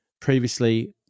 previously